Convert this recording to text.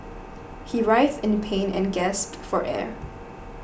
he writhed in pain and gasped for air